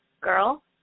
girl